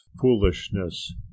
foolishness